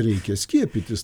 reikia skiepytis